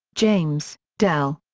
james, del.